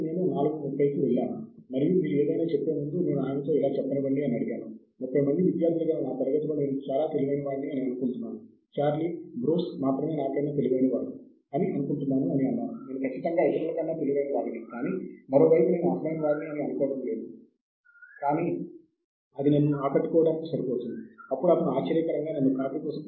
కాబట్టి science direct అనేది Elsevier నడుపుతున్న అటువంటి పోర్టల్